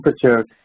temperature